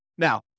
Now